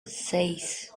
seis